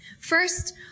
first